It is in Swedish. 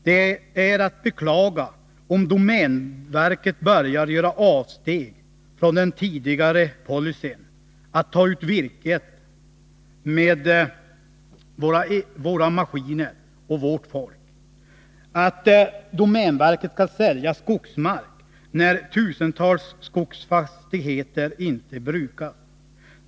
Det är att beklaga om domänverket börjar göra avsteg från sin tidigare policy, som kom till uttryck i uttalandet: ”Vi skall ta ut virke med våra maskiner och vårt folk.” Det är också att beklaga att domänverket skall sälja skogsmark, när tusentals skogsfastigheter inte brukas.